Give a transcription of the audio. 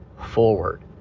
forward